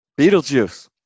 Beetlejuice